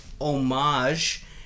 homage